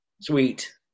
Sweet